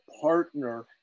partner